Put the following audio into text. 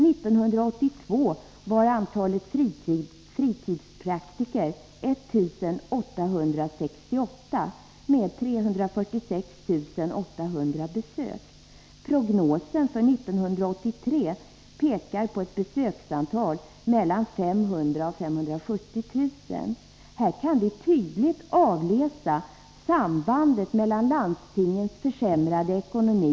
1982 var antalet fritidspraktiker 1 868 med 346 800 besök. Prognosen för 1983 pekar på ett besöksantal mellan 500 000 och 570 000. Här kan vi tydligt avläsa sambandet med landstingens försämrade ekonomi.